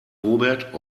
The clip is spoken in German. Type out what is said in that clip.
robert